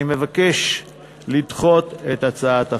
אני מבקש לדחות את הצעת החוק.